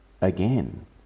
again